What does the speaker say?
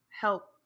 help